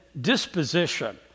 disposition